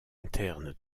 interne